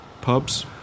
Pubs